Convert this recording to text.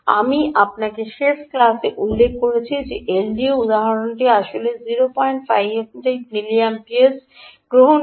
আমি আপনাকে শেষ ক্লাসে উল্লেখ করেছি যে এলডিও উদাহরণটি ছিল আসলে 058 মিলিঅ্যাম্পিয়ারস গ্রহণ করে